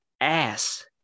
ass